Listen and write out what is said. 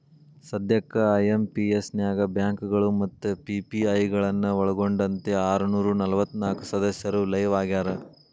ಸದ್ಯಕ್ಕ ಐ.ಎಂ.ಪಿ.ಎಸ್ ನ್ಯಾಗ ಬ್ಯಾಂಕಗಳು ಮತ್ತ ಪಿ.ಪಿ.ಐ ಗಳನ್ನ ಒಳ್ಗೊಂಡಂತೆ ಆರನೂರ ನಲವತ್ನಾಕ ಸದಸ್ಯರು ಲೈವ್ ಆಗ್ಯಾರ